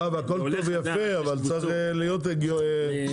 מירב, הכול טוב ויפה, אבל צריך להיות הגיוני.